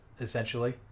essentially